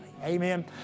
Amen